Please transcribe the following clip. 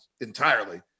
entirely